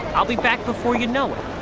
i'll be back before you know it!